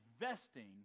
investing